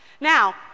Now